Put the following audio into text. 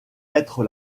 être